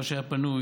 מה שהיה פנוי,